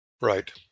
Right